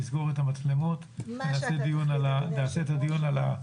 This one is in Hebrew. נסגור את המצלמות ונעשה את הדיון על הכלים.